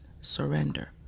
surrender